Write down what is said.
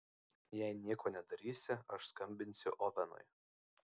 jei nieko nedarysi aš skambinsiu ovenui